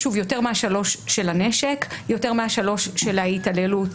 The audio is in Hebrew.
שוב, יותר מהשלוש של הנשק, יותר מהשלוש של התעללות